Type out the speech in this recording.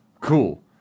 cool